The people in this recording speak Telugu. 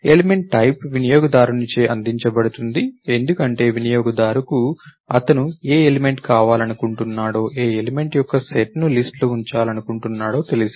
ఎలిమెంట్ టైప్ వినియోగదారుచే అందించబడుతుంది ఎందుకంటే వినియోగదారుకు అతను ఏ ఎలిమెంట్ కావాలనుకుంటున్నాడో ఏ ఎలిమెంట్ యొక్క సెట్ను లిస్ట్ లో ఉంచాలనుకుంటున్నాడో తెలుసు